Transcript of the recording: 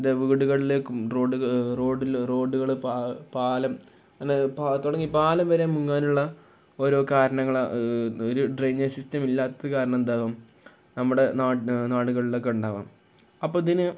വീടുകളിലേക്കും road റോഡില് റോഡുകള് പാലം അങ്ങനെ തുടങ്ങി പാലം വരെ മുങ്ങാനുള്ള ഓരോ കാരണങ്ങള് ഒരു ഡ്രെയ്നേജ് സിസ്റ്റം ഇല്ലാത്തതുകാരണം എന്താവും നമ്മുടെ നാടുകളിലൊക്കെ ഉണ്ടാവാം അപ്പോള് ഇതിന്